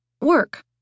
work